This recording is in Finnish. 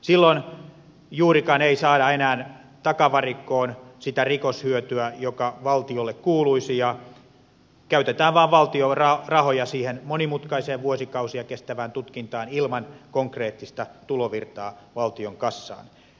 silloin juurikaan ei saada enää takavarikkoon sitä rikoshyötyä joka valtiolle kuuluisi ja käytetään vain valtion rahoja siihen monimutkaiseen vuosikausia kestävään tutkintaan ilman konkreettista tulovirtaa valtion kassaan